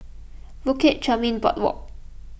Bukit Chermin Boardwalk